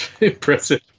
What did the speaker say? impressive